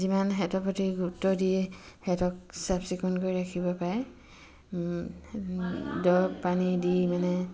যিমান সিহঁতৰ প্ৰতি গুৰুত্ব দিয়ে সিহঁতক চাফ চিকুণ কৰি ৰাখিব পাৰে দৰৱ পানী দি মানে